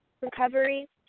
recovery